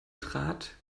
trat